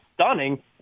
stunning